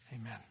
amen